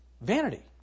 Vanity